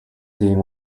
seeing